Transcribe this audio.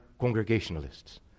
congregationalists